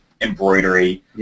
embroidery